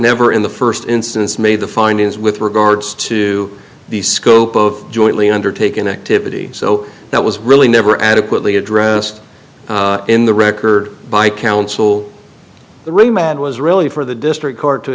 never in the first instance made the findings with regards to the scope of jointly undertaken activity so that was really never adequately addressed in the record by counsel the remand was really for the district court to